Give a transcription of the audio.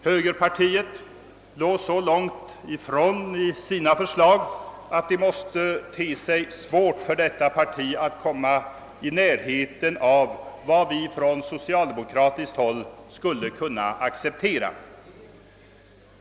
Högerpartiet låg så långt ifrån de övriga partierna i sina förslag, att det måste te sig svårt för detta parti att komma i närheten av vad vi från socialdemokratiskt håll skulle kunna acceptera.